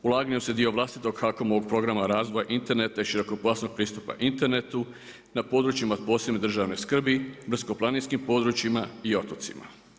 Ulaganja se dio vlastitog HAKOM-ovog programa razvoja interneta i širokopojasnog pojasa pristupa internetu, na područjima posebne držane skrbi, brdsko planinskim područjima i otocima.